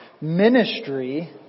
Ministry